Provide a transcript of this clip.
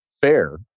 fair